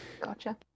Gotcha